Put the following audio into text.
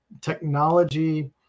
technology